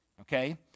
Okay